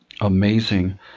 Amazing